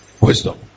wisdom